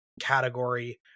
category